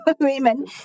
women